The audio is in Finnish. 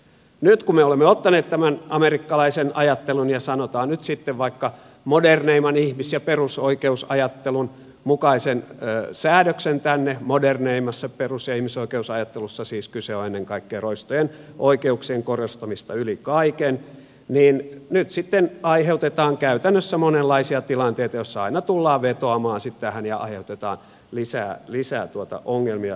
nyt kun me olemme ottaneet tämän amerikkalaisen ajattelun ja sanotaan nyt sitten vaikka moderneimman ihmis ja perusoikeusajattelun mukaisen säädöksen tänne moderneimmassa perus ja ihmisoikeusajattelussa siis kyse on ennen kaikkea roistojen oikeuksien korostamisesta yli kaiken sitten aiheutetaan käytännössä monenlaisia tilanteita joissa aina tullaan vetoamaan sitten tähän ja aiheutetaan lisää ongelmia päivänselvissäkin jutuissa